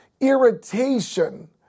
irritation